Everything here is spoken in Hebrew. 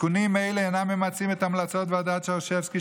תיקונים אלה אינם ממצים את המלצות ועדת שרשבסקי,